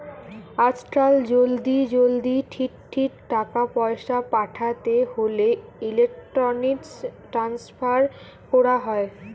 আজকাল জলদি জলদি ঠিক ঠিক টাকা পয়সা পাঠাতে হোলে ইলেক্ট্রনিক ট্রান্সফার কোরা হয়